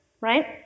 right